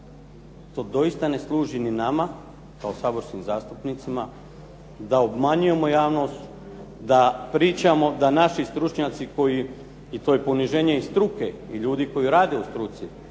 To doista ne služi ni nama kao saborskim zastupnicima da obmanjujemo javnost, da pričamo da naši stručnjaci koji i to je poniženje i struke i ljudi koji rade u struci i